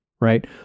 right